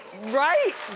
right?